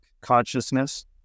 consciousness